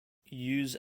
use